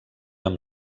amb